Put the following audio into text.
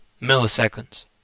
milliseconds